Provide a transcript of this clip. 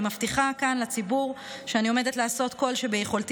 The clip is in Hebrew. אני מבטיחה כאן לציבור שאני עומדת לעשות כל שביכולתי